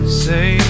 say